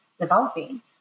developing